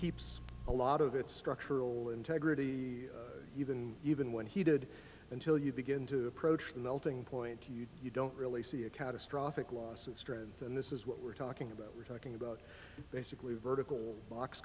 keeps a lot of its structural integrity even even when he did until you begin to approach the melting point you don't really see a catastrophic loss of strength and this is what we're talking about we're talking about basically vertical